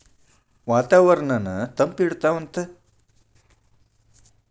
ವಾತಾವರಣನ್ನ ತಂಪ ಇಡತಾವಂತ